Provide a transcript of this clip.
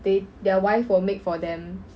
they their wife will make for them